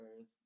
earth